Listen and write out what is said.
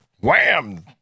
wham